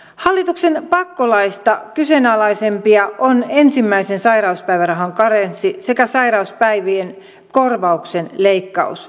hallituksen pakkolaeista kyseenalaisimpia on ensimmäisen sairauspäivärahan karenssi sekä sairauspäivien korvauksen leikkaus